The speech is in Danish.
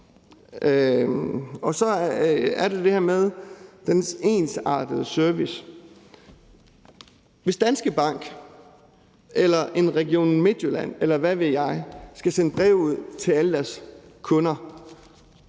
Så er der det her med den ensartede service. Hvis Danske Bank eller Region Midtjylland, eller hvad ved jeg, skal sende breve ud til alle deres kunder,